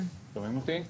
שומעים אותי?